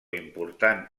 important